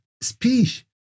speech